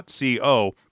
.co